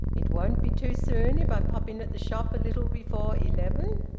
it won't be too soon if i pop in at the shop a little before eleven?